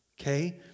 okay